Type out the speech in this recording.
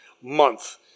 month